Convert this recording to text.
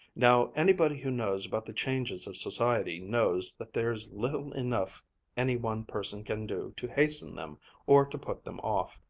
now anybody who knows about the changes of society knows that there's little enough any one person can do to hasten them or to put them off.